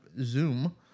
Zoom